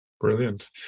Brilliant